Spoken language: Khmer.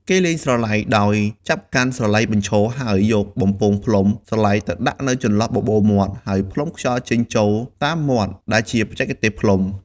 គេលេងស្រឡៃដោយចាប់កាន់ស្រឡៃបញ្ឈរ ហើយយកបំពង់ផ្លុំស្រឡៃទៅដាក់នៅចន្លោះបបូរមាត់ ហើយផ្លុំខ្យល់ចេញចូលតាមមាត់ ដែលជាបច្ចេកទេសផ្លុំ។